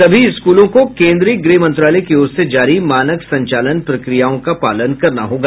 सभी स्कूलों को केन्द्रीय गृह मंत्रालय की ओर से जारी मानक संचालन प्रक्रियाओं का पालन करना होगा